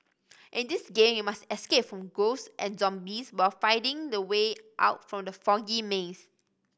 in this game you must escape from ghosts and zombies while finding the way out from the foggy maze